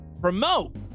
promote